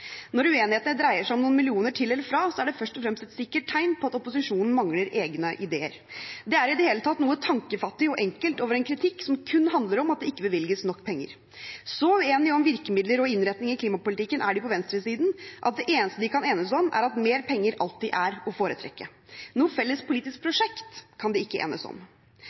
Når uenighetene dreier seg om noen millioner til eller fra, er det først og fremst et sikkert tegn på at opposisjonen mangler egne idéer. Det er i det hele tatt noe tankefattig og enkelt ved en kritikk som kun handler om at det ikke bevilges nok penger. Så uenige om virkemidler og innretning i klimapolitikken er de på venstresiden at det eneste de kan enes om, er at mer penger alltid er å foretrekke. Noe felles politisk prosjekt kan de ikke enes om.